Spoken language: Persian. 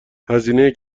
هزینه